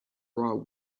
raw